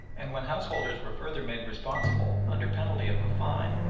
and when householders were further made responsible, under penalty of a fine,